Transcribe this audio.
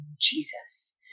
Jesus